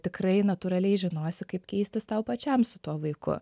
tikrai natūraliai žinosi kaip keistis tau pačiam su tuo vaiku